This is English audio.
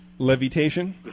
Levitation